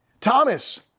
Thomas